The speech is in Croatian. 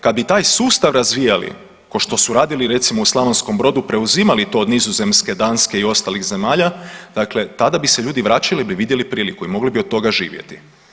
Kad bi taj sustav razvijali ko što su radili recimo u Slavonskom Brodu, preuzimali to od Nizozemske, Danske i ostalih zemalja, dakle tada bi se ljudi vraćali jer bi vidjeli priliku i mogli bi od toga živjeti.